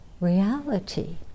reality